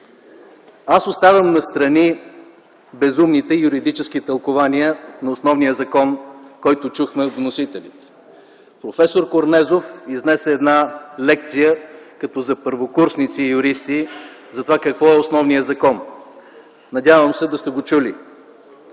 Аз оставям настрани безумните юридически тълкувания на основния закон, които чухме от вносителите. Професор Корнезов изнесе лекция като за първокурсници юристи за това какво е основният закон. Надявам се да сте го чули.